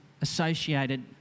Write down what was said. associated